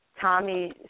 Tommy